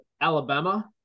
Alabama